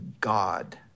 God